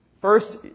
First